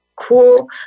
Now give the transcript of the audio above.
Cool